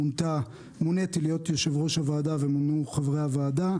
מוניתי להיות יושב-ראש הוועדה ומונו חברי הוועדה.